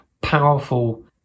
powerful